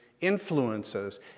influences